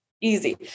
easy